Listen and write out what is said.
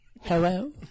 Hello